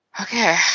Okay